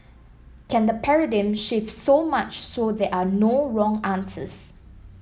can the paradigm shift so much so there are no wrong answers